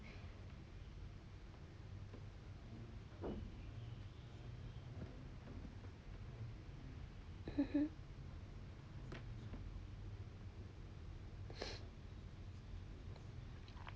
mmhmm